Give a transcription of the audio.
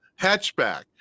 hatchback